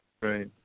right